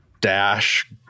dash